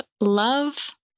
love